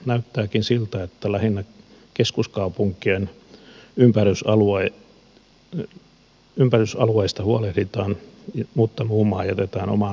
näyttääkin siltä että lähinnä keskuskaupunkien ympärysalueista huolehditaan mutta muu maa jätetään oman onnensa nojaan